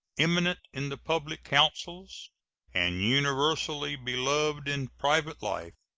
eminent in the public councils and universally beloved in private life,